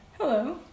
Hello